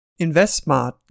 InvestSmart